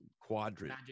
quadrant